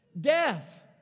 Death